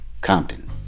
Compton